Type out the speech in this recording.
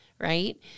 Right